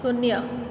શૂન્ય